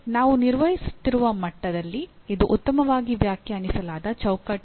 ನಾವು ನಿರ್ವಹಿಸುತ್ತಿರುವ ಮಟ್ಟದಲ್ಲಿ ಇದು ಉತ್ತಮವಾಗಿ ವ್ಯಾಖ್ಯಾನಿಸಲಾದ ಚೌಕಟ್ಟಾಗಿದೆ